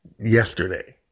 yesterday